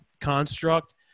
construct